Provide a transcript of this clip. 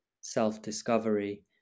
self-discovery